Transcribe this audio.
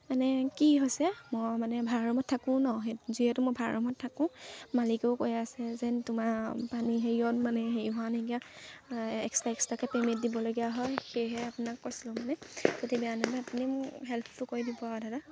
মানে কি হৈছে মই মানে ভাড়া ৰূমত থাকোঁ ন সেই যিহেতু মই ভাড়া ৰুমত থাকোঁ মালিকেও কৈ আছে যেন তোমাৰ পানী হেৰিয়ত মানে হেৰি হোৱা নাইকিয়া এক্সট্ৰা এক্সট্ৰাকে পে'মেণ্ট দিবলগীয়া হয় সেয়েহে আপোনাক কৈছিলোঁ মানে যদি বেয়া নাপায় আপুনি হেল্পটো কৰি দিব আও দাদা